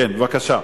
בבקשה,